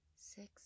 six